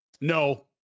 No